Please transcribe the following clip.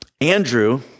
Andrew